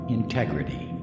integrity